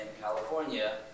California